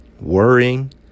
worrying